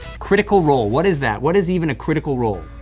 critical role, what is that, what is even a critical role?